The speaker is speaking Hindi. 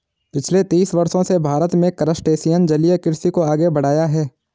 पिछले तीस वर्षों से भारत में क्रस्टेशियन जलीय कृषि को आगे बढ़ाया है